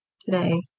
today